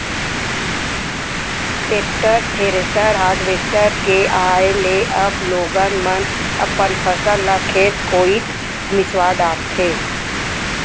tractor, thresher, harvester के आए ले अब लोगन मन अपन फसल ल खेते कोइत मिंसवा डारथें